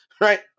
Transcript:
right